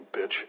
bitch